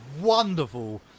wonderful